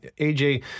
AJ